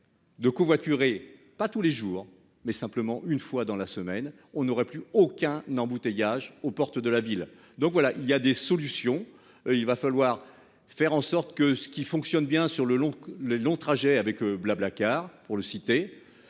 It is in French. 2 covoituré pas tous les jours, mais simplement une fois dans la semaine, on n'aurait plus aucun embouteillage aux portes de la ville. Donc voilà il y a des solutions. Il va falloir faire en sorte que ce qui fonctionne bien sur le long, le long trajet avec Blablacar, pour le citer